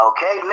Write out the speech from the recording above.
Okay